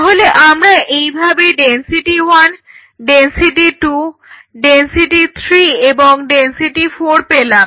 তাহলে আমরা এইভাবে ডেনসিটি 1 ডেনসিটি 2 ডেনসিটি 3 এবং ডেনসিটি 4 পেলাম